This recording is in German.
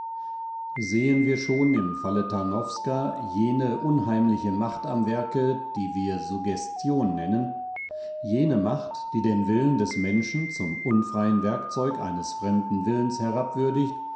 sehen wir schon im falle tarnowska jene unheimliche macht am werke die wir suggestion nennen jene macht die den willen des menschen zum unfreien werkzeug eines fremden willens herabwürdigt